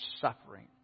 suffering